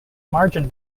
margin